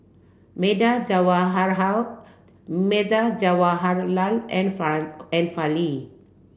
Medha Medha Jawaharlal and and Fali